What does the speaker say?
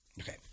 Okay